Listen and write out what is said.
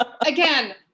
Again